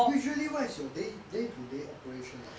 usually what is your day day to day operation